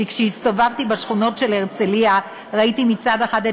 כי כשהסתובבתי בשכונות של הרצליה ראיתי מצד אחד את